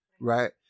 right